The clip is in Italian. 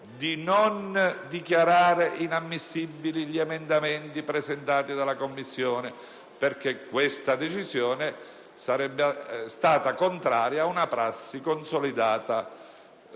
di non dichiarare inammissibili gli emendamenti presentati dalla Commissione, perché una simile decisione sarebbe stata contraria ad una prassi consolidata;